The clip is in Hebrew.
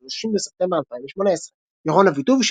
30 בספטמבר 2018 ירון אביטוב,